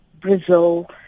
Brazil